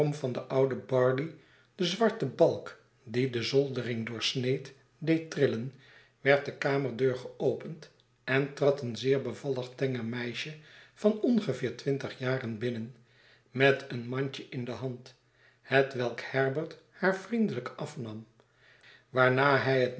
van den ouden barley den zwarten balk die de zoldering doorsneed deed trillen werd de kamerdeur geopend en trad een zeer bevallig tenger meisje van ongeveer twintig jaren binnen met een mandje in dehand hetwelk herbert haar vriendelijk afnam waarna hij